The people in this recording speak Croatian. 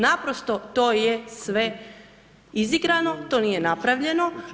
Naprosto, to je sve izigrano, to nije napravljeno.